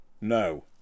No